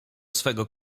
swego